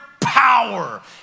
power